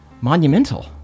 monumental